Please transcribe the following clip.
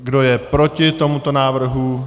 Kdo je proti tomuto návrhu?